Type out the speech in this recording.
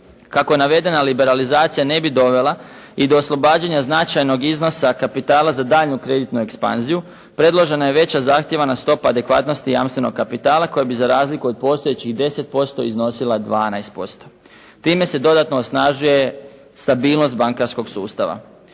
Kako navedena liberalizacija ne bi dovela i do oslobađanja značajnog iznosa kapitala za daljnju kreditnu ekspanziju predložena je veća zahtijevana stopa adekvatnosti jamstvenog kapitala koja bi za razliku od postojećih 10% iznosila 12%. Time se dodatno osnažuje stabilnost bankarskog sustava.